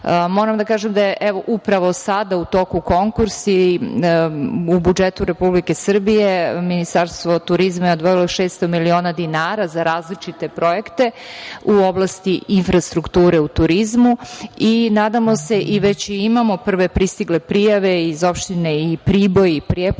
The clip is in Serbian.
da kažem da je upravo sada u toku konkurs i u budžetu Republike Srbije Ministarstvo turizma je odvojilo 600 miliona dinara za različite projekte u oblasti infrastrukture u turizmu i nadamo se i već imamo prve pristigle prijave iz opštine i Priboj i Prijepolje